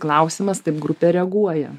klausimas taip grupė reaguoja